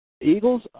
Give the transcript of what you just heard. Eagles